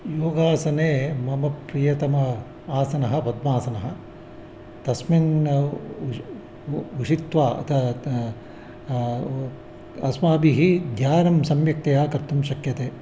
योगासने मम प्रियतमः आसनः पद्मासनः तस्मिन् उ उशित्वा त त अस्माभिः ध्यानं सम्यक्तया कर्तुं शक्यते